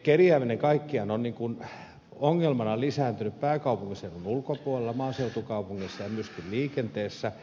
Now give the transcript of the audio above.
kerjääminen kaikkiaan on ongelmana lisääntynyt pääkaupunkiseudun ulkopuolella maaseutukaupungeissa ja myöskin liikenteessä